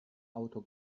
auto